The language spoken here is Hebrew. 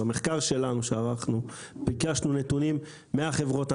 במחקר שלנו שערכנו, ביקשנו נתונים מהחברות.